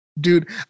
Dude